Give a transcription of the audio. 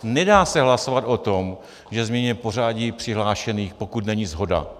Nedá se hlasovat o tom, že změníme pořadí přihlášených, pokud není shoda.